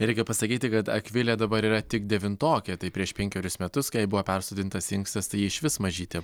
reikia pasakyti kad akvilė dabar yra tik devintokė tai prieš penkerius metus kai jai buvo persodintas inkstas tai ji išvis mažytė